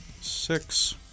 Six